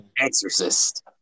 Exorcist